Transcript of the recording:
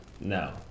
No